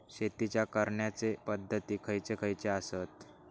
शेतीच्या करण्याचे पध्दती खैचे खैचे आसत?